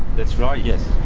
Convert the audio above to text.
that's right, yes.